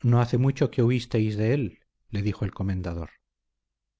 no hace mucho que huisteis de él le dijo el comendador